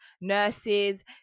nurses